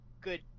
good